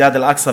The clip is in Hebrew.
סליחות,